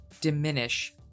diminish